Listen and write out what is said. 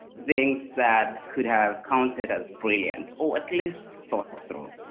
things that could have counted as brilliant or at least thoughtful.